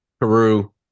Peru